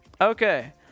Okay